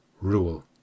Rule